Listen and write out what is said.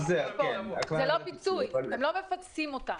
לא מפצים אותם.